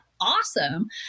Awesome